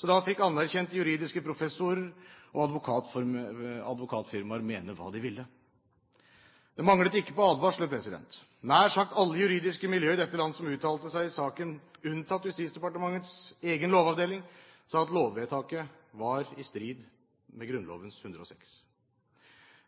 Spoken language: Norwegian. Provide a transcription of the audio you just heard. så da fikk anerkjente juridiske professorer og advokatfirmaer mene hva de ville. Det manglet ikke på advarsler. Nær sagt alle juridiske miljøer i dette land som uttalte seg i saken, unntatt Justisdepartementets egen lovavdeling, sa at lovvedtaket var i strid med Grunnloven § 106.